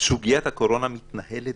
סוגיית הקורונה מתנהלת